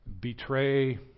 betray